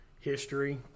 history